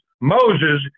Moses